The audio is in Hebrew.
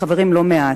ולא מעט,